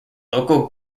local